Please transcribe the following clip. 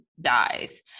dies